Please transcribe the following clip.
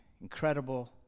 Incredible